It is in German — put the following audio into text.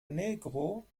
negro